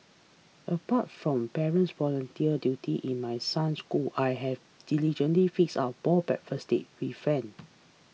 apart from parents volunteer duty in my son school I have diligently fix up more breakfast date with friend